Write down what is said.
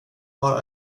har